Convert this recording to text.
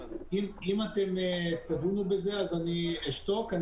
אם אתם תדונו בזה, אז אני אשתוק.